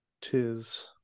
tis